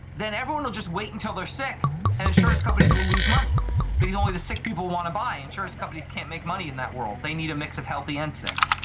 then everyone will just wait until they are sick and insurance companies will lose money because only the sick people want to buy and insurance companies can't make money in that world, they need a mix of healthy and sick.